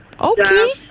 Okay